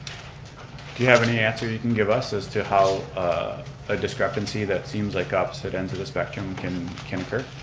do you have any answer you can give us as to how a discrepancy that seems like opposite ends of the spectrum can can occur?